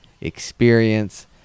experience